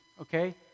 okay